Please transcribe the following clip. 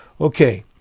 Okay